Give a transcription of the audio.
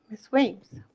sweeps